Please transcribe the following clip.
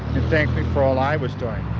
thanked me for all i was doing.